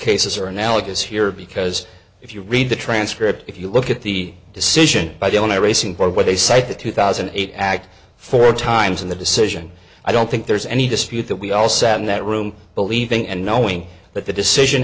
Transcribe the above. cases are analogous here because if you read the transcript if you look at the decision i don't know racing for what they said the two thousand and eight act four times in the decision i don't think there's any dispute that we all sat in that room believing and knowing that the decision